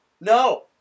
No